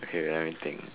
okay wait let me think